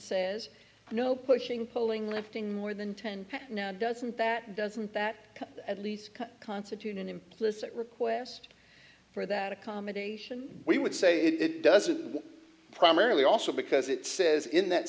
says no pushing pulling lifting more than ten doesn't that doesn't that at least constitute an implicit request for that accommodation we would say it doesn't primarily also because it says in that